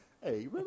Hey